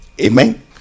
Amen